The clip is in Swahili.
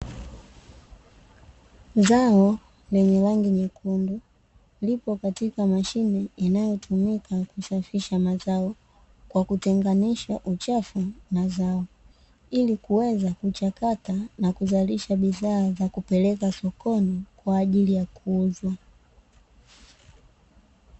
Zao lenye rangi nyekundu lipo katika mashine inayotumika kusafirisha mazao kwa kutenganisha uchafu na zao, ili kuweza kuchakata na kuzalisha bidhaa za kupeleka sokoni kwa ajili ya kuuzwa.